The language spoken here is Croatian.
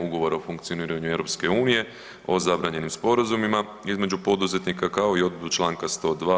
Ugovora o funkcioniranju EU-a o zabranjenim sporazumima između poduzetnika kao i odredbu čl. 102.